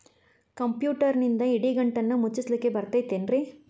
ಕಂಪ್ಯೂಟರ್ನಿಂದ್ ಇಡಿಗಂಟನ್ನ ಮುಚ್ಚಸ್ಲಿಕ್ಕೆ ಬರತೈತೇನ್ರೇ?